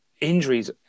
injuries